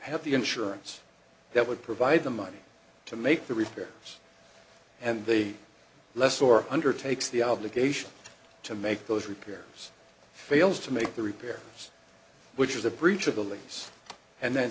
have the insurance that would provide the money to make the repairs and the less or undertakes the obligation to make those repairs fails to make the repairs which was a breach of the lease and then